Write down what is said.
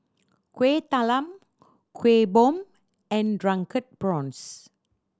Kuih Talam Kuih Bom and Drunken Prawns